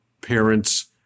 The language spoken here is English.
parents